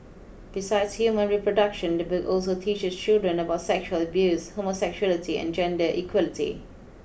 besides human reproduction the book also teaches children about sexual abuse homosexuality and gender equality